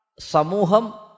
Samuham